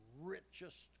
richest